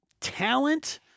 talent